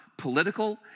Political